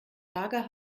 lager